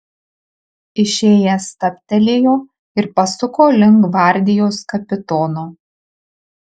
išėjęs stabtelėjo ir pasuko link gvardijos kapitono